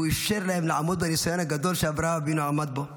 שהוא אפשר להם לעמוד בניסיון הגדול שאברהם אבינו עמד בו.